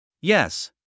Yes